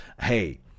Hey